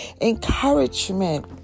encouragement